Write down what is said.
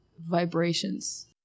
Vibrations